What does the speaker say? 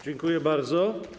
Dziękuję bardzo.